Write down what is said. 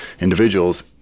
individuals